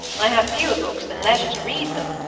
i have fewer books than leisure to read them,